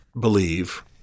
believe